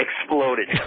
exploded